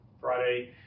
Friday